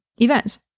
events